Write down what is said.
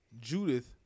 Judith